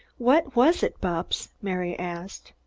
what was it, bupps? mary asked.